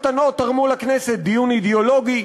המפלגות הקטנות תרמו לכנסת דיון אידיאולוגי,